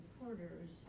reporters